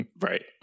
right